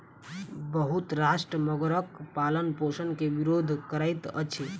बहुत राष्ट्र मगरक पालनपोषण के विरोध करैत अछि